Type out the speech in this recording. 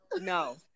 no